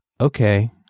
Okay